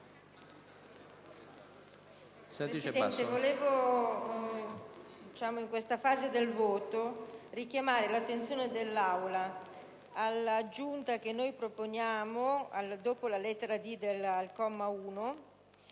Presidente, in questa fase del voto volevo richiamare l'attenzione dell'Aula all'aggiunta che noi proponiamo dopo la lettera *d)* del comma 1